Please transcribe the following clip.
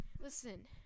Listen